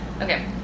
okay